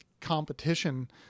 competition